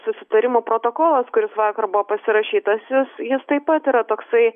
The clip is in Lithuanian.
susitarimų protokolas kuris vakar buvo pasirašytasis jis jis taip pat yra toksai